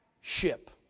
ship